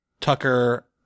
Tucker